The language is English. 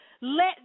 Let